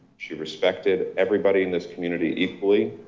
she respected everybody in this community equally.